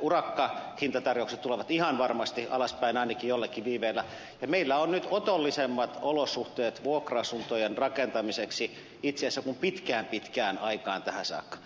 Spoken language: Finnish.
urakkahintatarjoukset tulevat ihan varmasti alaspäin ainakin jollakin viiveellä ja meillä on nyt otollisemmat olosuhteet vuokra asuntojen rakentamiseksi itse asiassa kuin pitkään pitkään aikaan tähän saakka